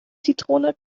zitrone